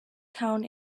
town